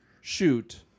shoot